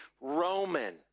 Roman